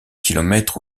kilomètres